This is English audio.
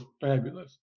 fabulous